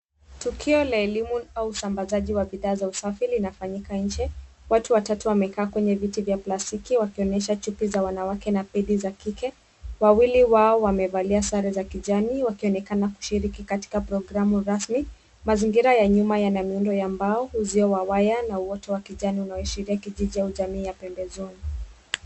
Tukio la elimu au usambazaji wa bidhaa za usafi linafanyika nchi. Watu watatu wamekaa kwenye viti vya plastiki wakionyesha chupi za wanawake na Pedi za kike. Wawili wao wamevalia sare za kijani, wakionekana kushiriki katika programu rasmi. Mazingira ya nyuma yana miundo wa mbao, uzio wa waya, na wote wa kijani unaoshiriki jiji au jamii ya pembezoni.